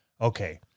Okay